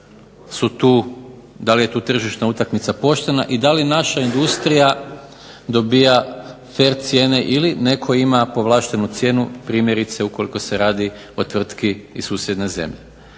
pitanje da li je tu tržišna utakmica poštena i da li naša industrija dobiva fer cijene ili netko ima povlaštenu cijenu, primjerice ukoliko se radi o tvrtki iz susjedne zemlje.